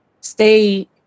stay